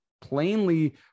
plainly